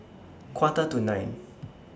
Quarter to nine